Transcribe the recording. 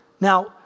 Now